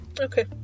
Okay